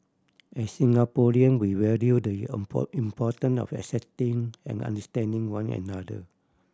as Singaporean we value the importance of accepting and understanding one another